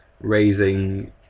raising